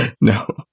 no